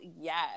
yes